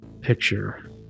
picture